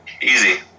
easy